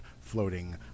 floating